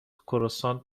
کروسانت